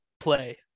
play